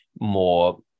more